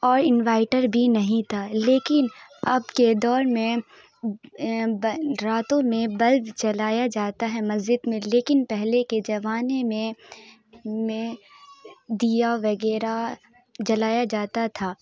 اور انورٹر بھی نہیں تھا لیکن اب کے دور میں راتوں میں بلب جلایا جاتا ہے مسجد میں لیکن پہلے کے زمانے میں میں دیا وغیرہ جلایا جاتا تھا